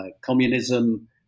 communism